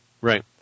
Right